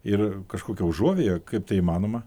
ir kažkokia užuovėja kaip tai įmanoma